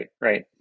Right